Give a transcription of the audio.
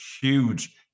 huge